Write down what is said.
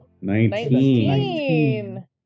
Nineteen